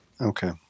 Okay